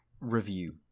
review